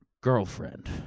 girlfriend